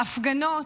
הפגנות,